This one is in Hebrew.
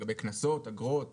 לגבי אגרות וקנסות.